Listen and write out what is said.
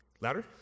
Louder